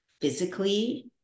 physically